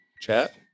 chat